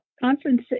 conference